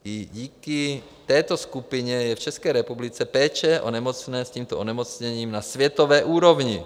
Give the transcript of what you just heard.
I díky této skupině je v České republice péče o nemocné s tímto onemocněním na světové úrovni.